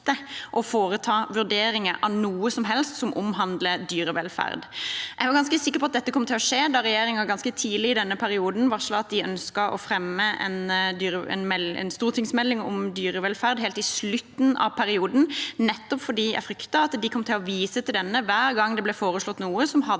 å foreta vurderinger av noe som helst som omhandler dyrevelferd. Jeg var ganske sikker på at dette kom til å skje da regjeringen ganske tidlig i denne perioden varslet at de ønsket å fremme en stortingsmelding om dyrevelferd helt i slutten av perioden. Jeg fryktet at de kom til å vise til denne hver gang det ble foreslått noe som hadde